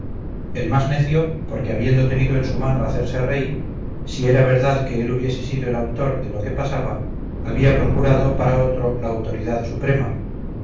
el más necio porque habiendo tenido en su mano hacerse rey sí era verdad que él hubiese sido el autor de lo que pasaba había procurado para otro la autoridad suprema